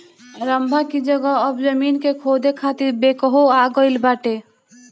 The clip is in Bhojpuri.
रम्भा की जगह अब जमीन के खोदे खातिर बैकहो आ गईल बाटे